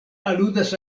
aludas